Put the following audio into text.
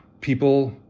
people